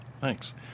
Thanks